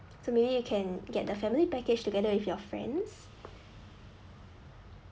so maybe you can get the family package together with your friends